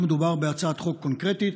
לא מדובר בהצעת חוק קונקרטית,